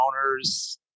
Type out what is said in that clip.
owners